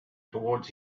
toward